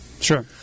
Sure